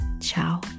ciao